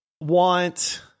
want